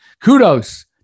kudos